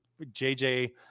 JJ